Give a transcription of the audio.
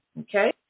Okay